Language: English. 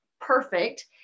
perfect